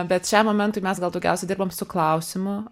bet šiam momentui mes gal daugiausia dirbam su klausimu